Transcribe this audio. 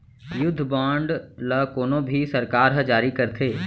युद्ध बांड ल कोनो भी सरकार ह जारी करथे